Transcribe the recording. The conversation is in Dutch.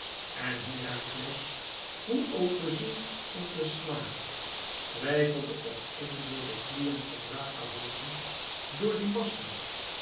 en herakles hoe ook bezield om te slagen twijfelde of immer door dat kluwen van drakehalzen door die massa